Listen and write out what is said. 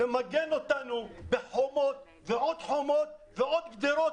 למגן אותנו בחומות ועוד חומות ועוד גדרות.